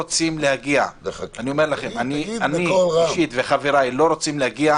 אני אישית וחבריי לא רוצים להגיע